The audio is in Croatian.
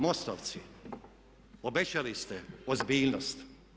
MOST-ovci obećali ste ozbiljnost.